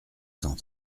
cent